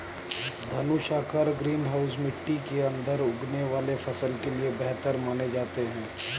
धनुषाकार green house मिट्टी के अंदर उगने वाले फसल के लिए बेहतर माने जाते हैं